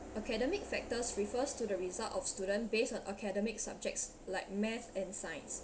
academic factors refers to the result of student based on academic subjects like math and science